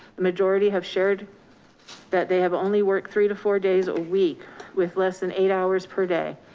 the majority have shared that they have only worked three to four days a week with less than eight hours per day.